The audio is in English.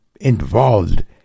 involved